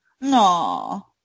No